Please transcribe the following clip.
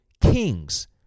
kings